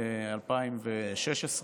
ב-2016,